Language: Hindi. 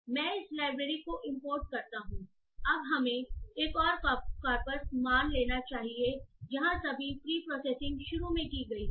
मैं इस लाइब्रेरी को इंपोर्ट करता हूं अब हमें एक और कॉर्पस मान लेना चाहिए जहां सभी प्रीप्रॉसेसिंग शुरू में की गई हैं